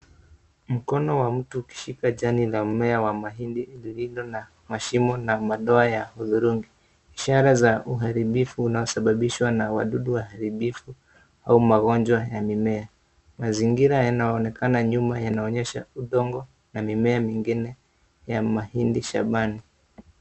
Mkono wa mtu ukishika jani la mmea wa mahindi lililo na mashimo na madoa ya hudhurungi.l, ishara za uharibifu unaosababishwa na wadudu wa waharibifu au magonjwa ya mimea. Mazingira yanaonekana ya nyuma yanaonyesha udongo na mimea mingine ya mahindi shambani.